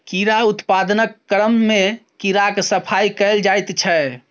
कीड़ा उत्पादनक क्रममे कीड़ाक सफाई कएल जाइत छै